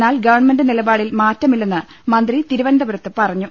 എന്നാൽ ഗുവൺമെന്റ് നിലപാടിൽ മാറ്റമില്ലെന്ന് മന്ത്രി തിരുവനന്തപുരത്ത് പറഞ്ഞു